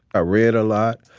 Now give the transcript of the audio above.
i read a lot.